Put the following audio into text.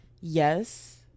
Yes